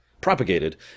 propagated